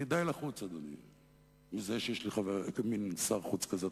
אדוני, אני די לחוץ מזה שיש לי מין שר חוץ כזה.